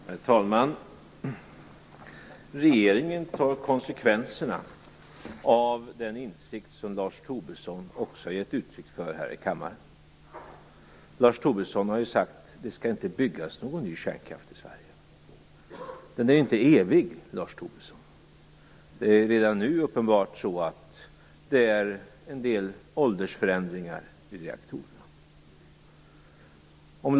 Herr talman! Regeringen tar konsekvenserna av den insikt som Lars Tobisson också har gett uttryck för här i kammaren. Han har ju sagt att det inte skall byggas någon ny kärnkraft i Sverige. Den är inte evig, Lars Tobisson. Redan nu är det uppenbart att det finns en del åldersförändringar i reaktorerna.